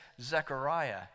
Zechariah